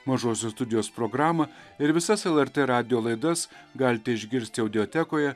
mažosios studijos programą ir visas lrt radijo laidas galite išgirsti audiotekoje